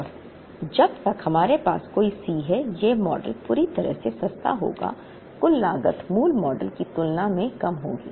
और जब तक हमारे पास कोई C है यह मॉडल पूरी तरह से सस्ता होगा कुल लागत मूल मॉडल की तुलना में कम होगी